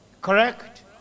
Correct